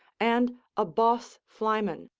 and a boss flyman,